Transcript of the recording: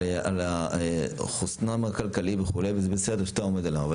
על חוסנם הכלכלי וכו' וזה בסדר שאתה עומד על זה,